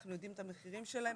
אנחנו יודעים את המחירים שלהן,